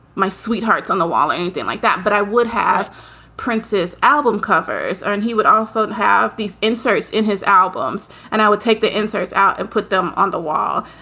my sweethearts on the wall or anything like that. but i would have prince's album covers and he would also have these inserts in his albums. and i would take the inserts out and put them on the wall.